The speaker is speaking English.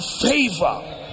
favor